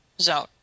zone